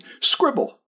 scribble